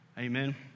Amen